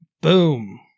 Boom